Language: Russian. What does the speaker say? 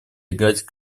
играть